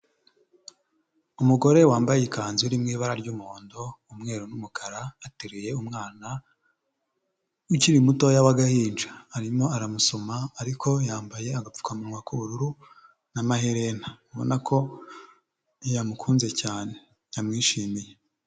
Umugore wambaye ikanzu iri mu ibara ry'umuhondo, umweru, n'umukara. Ateruye umwana ukiri mutoya w'agahinja, arimo aramusoma ariko yambaye agapfukamunwa k'ubururu n'amaherena, abona ko yamukunze cyane yamwishimiye.